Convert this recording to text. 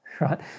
right